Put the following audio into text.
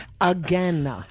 Again